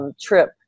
trip